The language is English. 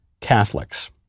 Catholics